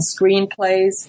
screenplays